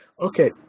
Okay